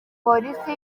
polisi